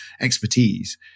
expertise